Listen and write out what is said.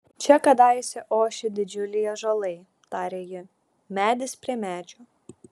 čia kadaise ošė didžiuliai ąžuolai tarė ji medis prie medžio